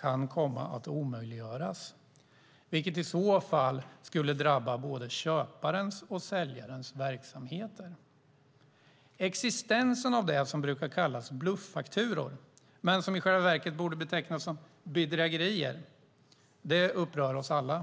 kan komma att omöjliggöras, vilket skulle drabba både köparens och säljarens verksamheter. Existensen av det som brukar kallas bluffakturor, men som i själva verket borde betecknas som bedrägerier, upprör oss alla.